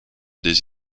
des